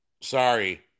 Sorry